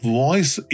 voice